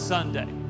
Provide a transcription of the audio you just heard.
Sunday